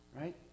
Right